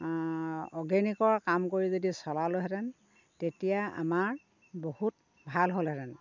অৰ্গেনিকৰ কাম কৰি যদি চলালোঁহেতেন তেতিয়া আমাৰ বহুত ভাল হ'লহেতেন